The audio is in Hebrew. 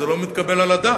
זה לא מתקבל על הדעת.